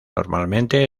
normalmente